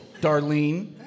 Darlene